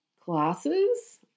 classes